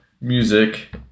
music